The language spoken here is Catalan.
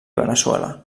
veneçuela